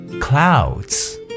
Clouds